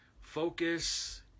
focus